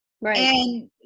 Right